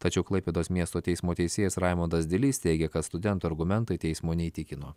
tačiau klaipėdos miesto teismo teisėjas raimundas dilys teigia kad studento argumentai teismo neįtikino